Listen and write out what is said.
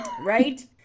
Right